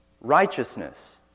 righteousness